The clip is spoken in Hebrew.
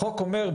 החוק אומר,